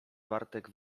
bartek